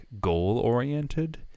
goal-oriented